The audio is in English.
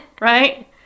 right